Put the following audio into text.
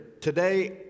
Today